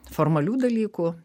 formalių dalykų